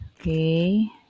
Okay